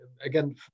again